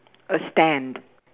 a stand